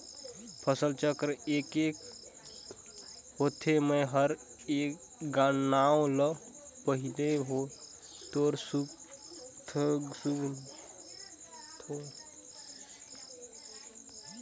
फसल चक्र ए क होथे? मै हर ए नांव ल पहिले तोर सुनथों